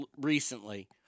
recently